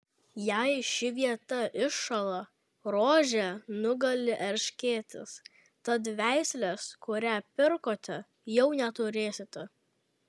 jei ši vieta iššąla rožę nugali erškėtis tad veislės kurią pirkote jau neturėsite